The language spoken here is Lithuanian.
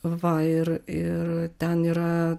va ir ir ten yra